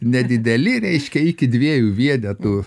nedideli reiškia iki dviejų vienetų